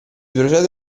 procede